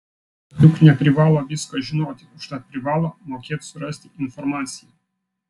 juk neprivalo visko žinoti užtat privalo mokėt surasti informaciją